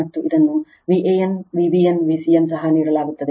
ಮತ್ತು ಇದನ್ನು Van Vbn Vcn ಸಹ ನೀಡಲಾಗುತ್ತದೆ